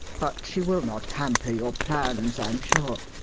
but she will not hamper your plans, i'm sure.